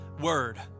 word